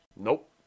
Nope